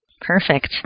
Perfect